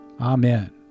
Amen